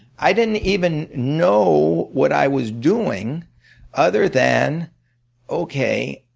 i didn't even know what i was doing other than okay,